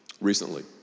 recently